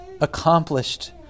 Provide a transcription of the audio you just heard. accomplished